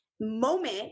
moment